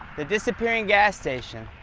the disappearing gas station.